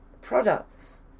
products